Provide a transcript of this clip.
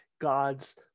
God's